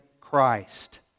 Christ